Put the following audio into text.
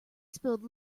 spilled